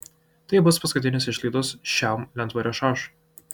tai bus paskutinės išlaidos šiam lentvario šašui